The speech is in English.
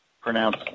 pronounce